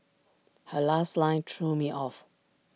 her last line threw me off